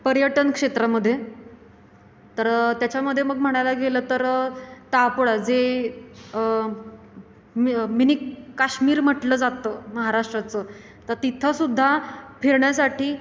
पर्यटनक्षेत्रामधे तर त्याच्यामध्ये मग म्हणायला गेलं तर तापोळा जे मिनी काश्मीर म्हटलं जातं महाराष्ट्राचं तर तिथंसुद्धा फिरण्यासाठी